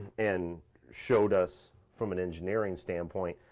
and showed us from an engineering standpoint,